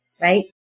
right